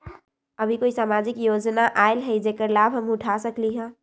अभी कोई सामाजिक योजना आयल है जेकर लाभ हम उठा सकली ह?